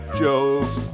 jokes